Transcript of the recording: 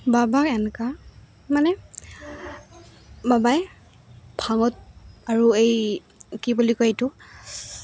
বাবাক এনেকুৱা মানে বাবাই ভাঙত আৰু এই কি বুলি কয় এইটো